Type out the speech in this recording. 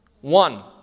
One